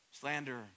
Slander